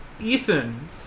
Ethan